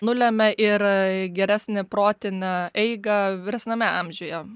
nulemia ir geresnę protinę eigą vyresniame amžiuje